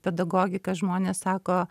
pedagogiką žmonės sako